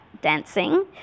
dancing